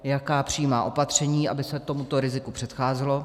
Jaká přijímá opatření, aby se tomuto riziko předcházelo?